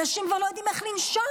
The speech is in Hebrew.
אנשים כבר לא יודעים איך לנשום.